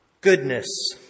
Goodness